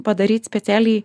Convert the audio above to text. padaryt specialiai